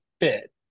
fit